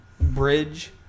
bridge